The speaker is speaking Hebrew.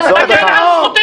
אתה מונע --- תחזור בך.